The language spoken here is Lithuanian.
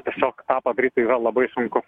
tiesiog padaryt tai yra labai sunku